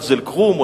למג'ד-אל-כרום,